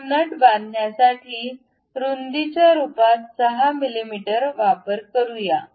हा नट बांधण्यासाठी रुंदीच्या रुपात 6 मिमी वापर करूया